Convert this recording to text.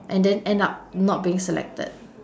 and then end up not being selected